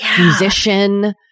musician